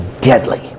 deadly